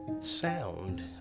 Sound